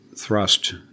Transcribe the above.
thrust